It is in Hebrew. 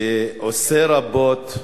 שעושה רבות,